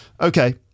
Okay